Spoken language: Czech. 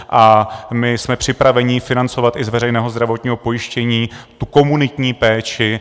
A my jsme připraveni financovat i z veřejného zdravotního pojištění tu komunitní péči.